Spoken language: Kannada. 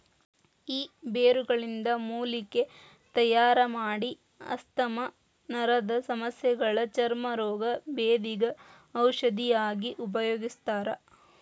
ಈ ಬೇರುಗಳಿಂದ ಮೂಲಿಕೆ ತಯಾರಮಾಡಿ ಆಸ್ತಮಾ ನರದಸಮಸ್ಯಗ ಚರ್ಮ ರೋಗ, ಬೇಧಿಗ ಔಷಧಿಯಾಗಿ ಉಪಯೋಗಿಸ್ತಾರ